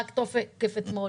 פג תוקף אתמול.